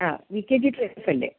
ആ V K P traders അല്ലേ